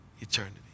eternity